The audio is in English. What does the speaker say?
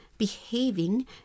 behaving